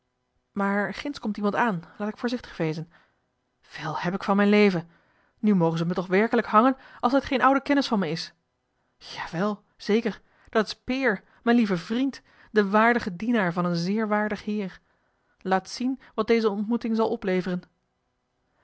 maar ginds komt iemand aan laat ik voorzichtig wezen wel heb ik van mijn leven nu mogen ze me toch werkelijk hangen als dat geen oude kennis van mij is jawel zeker dat is peer mijn lieve vriend de waardige dienaar van een zeer waardig heer laat zien wat deze ontmoeting zal opleveren